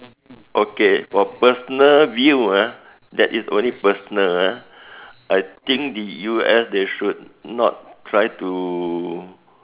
okay for personal view ah that it is only personal ah I think the U_S they should try not to